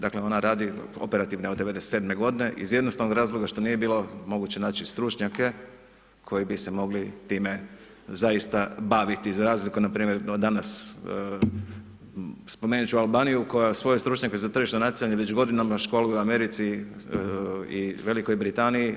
Dakle, ona radi operativno od 1997.g. iz jednostavnog razloga što nije bilo moguće naći stručnjake koji bi se mogli time zaista baviti za razliku npr. danas, spomenut ću Albaniju koja svoje stručnjake za tržišno natjecanje već godinama školuje u Americi i Velikoj Britaniji.